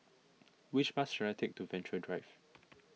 which bus should I take to Venture Drive